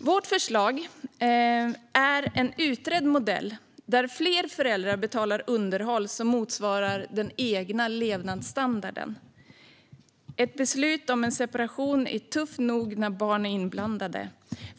Vårt förslag är en utredd modell där fler föräldrar betalar underhåll som motsvarar den egna levnadsstandarden. Ett beslut om en separation är tufft nog när barn är inblandade.